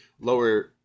lower